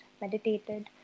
meditated